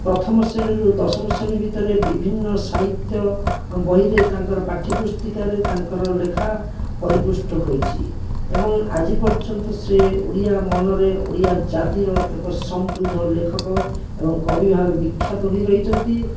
ପ୍ରଥମ ଶ୍ରେଣୀରୁ ଦଶମ ଶ୍ରେଣୀ ଭିତରେ ବିଭିନ୍ନ ସାହିତ୍ୟ ବହିରେ ତାଙ୍କର ପାଠ୍ୟ ପୁସ୍ତିକାରେ ତାଙ୍କର ଲେଖା ପରିପୃଷ୍ଠ ହୋଇଛି ଏବଂ ଆଜି ପର୍ଯ୍ୟନ୍ତ ସେ ଓଡିଆ ମନରେ ଓଡିଆ ଜାତିର ଏକ ସମୃଦ୍ଧ ଲେଖକ ଏବଂ କବି ଭାବେ ବିଖ୍ୟାତ ହୋଇ ରହିଛନ୍ତି